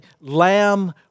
lamb